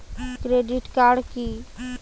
Credit card কি?